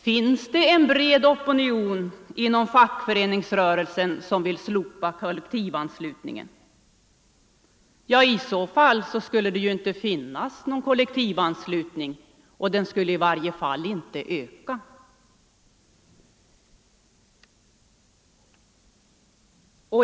Finns det en bred opinion inom fackföreningsrörelsen som vill slopa kollektivanslutningen? I så fall skulle det inte finnas någon kollektivanslutning, och den skulle i varje fall inte öka.